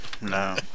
No